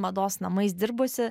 mados namais dirbusi